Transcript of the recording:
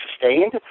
sustained